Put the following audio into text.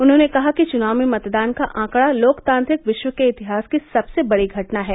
उन्होंने कहा कि चुनाव में मतदान का आंकड़ा लोकतांत्रिक विश्व के इतिहास की सबसे बड़ी घटना है